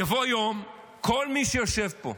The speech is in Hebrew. יבוא יום, כל מי שיושב פה,